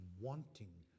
wanting